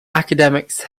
academics